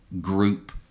group